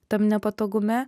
tam nepatogume